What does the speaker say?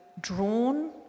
drawn